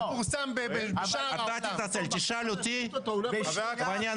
זה פורסם ב --- תשאל אותי, ואני אענה לך.